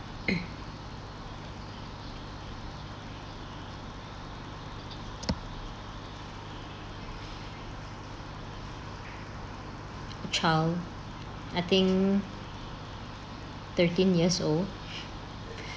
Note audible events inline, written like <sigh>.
<noise> child I think thirteen years old